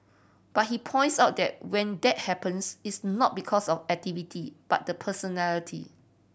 but he points out that when that happens it's not because of activity but the personality